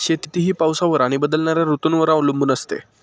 शेती ही पावसावर आणि बदलणाऱ्या ऋतूंवर अवलंबून असते